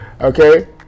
okay